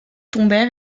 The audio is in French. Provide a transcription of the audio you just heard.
tombèrent